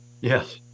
Yes